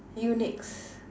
you next